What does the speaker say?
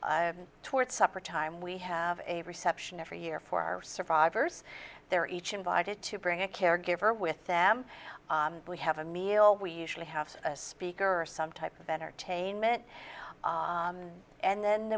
evening toward supper time we have a reception every year for our survivors there ichi invited to bring a caregiver with them we have a meal we usually have a speaker or some type of entertainment and then